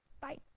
Bye